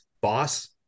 boss